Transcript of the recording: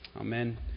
Amen